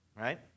right